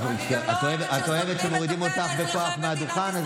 את אוהבת שמורידים אותך בכוח מהדוכן?